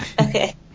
Okay